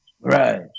Right